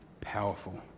powerful